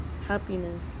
happiness